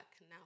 now